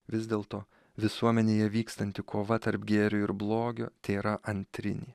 vis dėlto visuomenėje vykstanti kova tarp gėrio ir blogio tėra antrinė